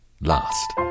last